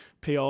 PR